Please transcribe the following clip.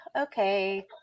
Okay